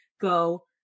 go